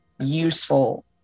useful